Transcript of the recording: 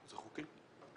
זה חוקי?